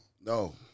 No